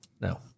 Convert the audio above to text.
no